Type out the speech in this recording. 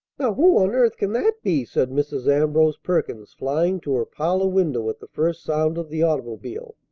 now, who on earth can that be? said mrs. ambrose perkins, flying to her parlor window at the first sound of the automobile.